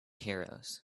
heroes